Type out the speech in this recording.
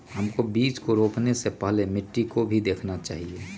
हमको बीज को रोपने से पहले मिट्टी को भी देखना चाहिए?